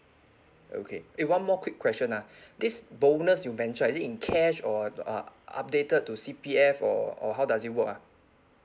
okay eh one more quick question ah this bonus you mentioned is it in cash or uh updated to C_P_F or or how does it work ah